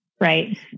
right